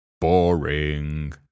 Boring